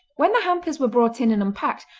when the hampers were brought in and unpacked,